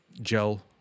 gel